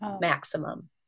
maximum